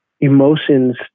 emotions